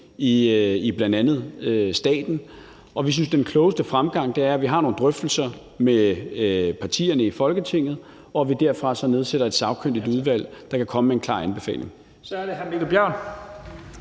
i bl.a. staten. Vi synes, den klogeste fremgangsmåde er, at vi har nogle drøftelser med partierne i Folketinget, og at vi derfra så nedsætter et sagkyndigt udvalg, der kan komme med en klar anbefaling. Kl. 11:54 Første